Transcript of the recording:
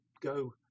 go